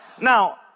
Now